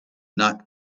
not